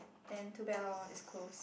then too bad lor it's closed